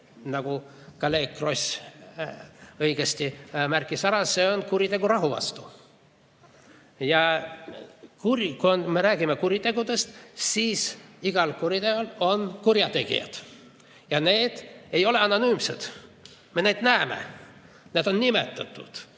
nagu kolleeg Kross õigesti märkis, on kuritegu rahu vastu. Kui me räägime kuritegudest, siis kõigil kuritegudel on tegijad ja need ei ole anonüümsed. Me näeme neid, nad on nimetatud.